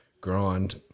grind